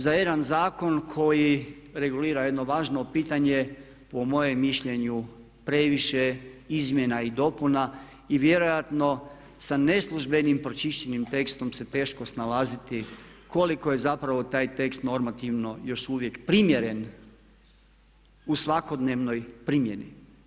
Za jedan zakon koji regulira jedno važno pitanje po mojem mišljenju previše je izmjena i dopuna i vjerojatno sa neslužbenim pročišćenim tekstom se teško snalaziti koliko je zapravo taj tekst normativno još uvijek primjeren u svakodnevnoj primjeni.